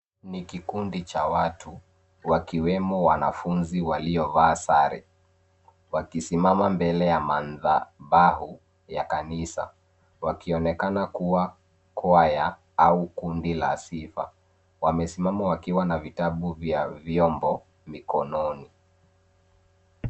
Ni kikundi cha watu wakiwemo wanafunzi waliovaa sare. Wakisimama mbele ya madhahabu ya kanisa. Wakionekana kuwa kwaya au kundi la sifa. Wamesimama wakiwa na vitabu vya vyombo mikononi.